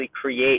create